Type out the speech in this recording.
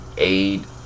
Aid